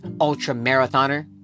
ultra-marathoner